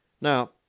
Now